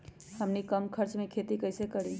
हमनी कम खर्च मे खेती कई से करी?